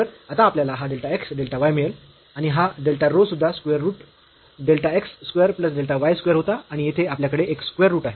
तर आता आपल्याला हा डेल्टा x डेल्टा y मिळेल आणि हा डेल्टा रो सुद्धा square root delta x square plus delta y square होता आणि येथे आपल्याकडे एक स्क्वेअर रूट आहे